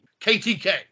KTK